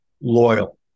loyal